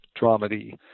dramedy